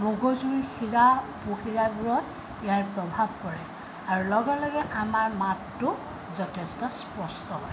মগজুৰ শিৰা উপশিৰাবোৰত ইয়াৰ প্ৰভাৱ কৰে আৰু লগে লগে আমাৰ মাতটো যথেষ্ট স্পষ্ট হয়